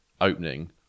opening